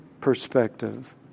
perspective